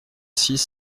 six